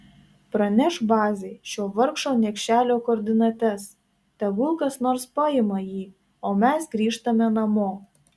pranešk bazei šio vargšo niekšelio koordinates tegul kas nors paima jį o mes grįžtame namo